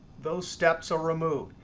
those steps are removed.